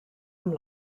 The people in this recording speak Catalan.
amb